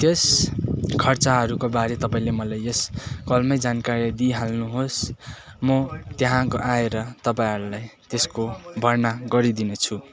त्यस खर्चहरूकोबारे तपाईँले मलाई यस कलमै जानकारी दिइहाल्नुहोस् म त्यहाँ आएर तपाईँहरूलाई त्यसको भर्ना गरिदिनेछु